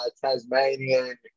Tasmanian